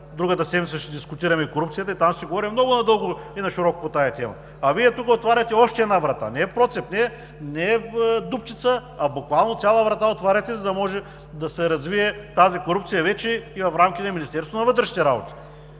другата седмица ще дискутираме корупцията и там ще си говорим много надълго и нашироко по тази тема, а Вие тук отваряте още една врата – не е процеп, не е дупчица, а буквално цяла врата отваряте, за да може да се развие тази корупция вече и в рамките на Министерството на вътрешните работи.